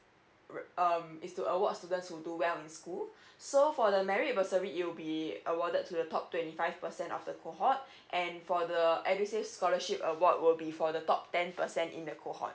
r~ um is to award students who do well in school so for the merit bursary it'll be awarded to the top twenty five percent of the cohort and for the edusave scholarship award will be for the top ten percent in the cohort